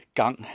gang